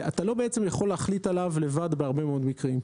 אתה לא יכול להחליט עליו לבד בהרבה מאוד מקרים.